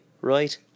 right